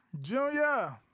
Junior